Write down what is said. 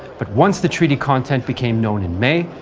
but once the treaty content became known in may,